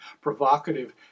provocative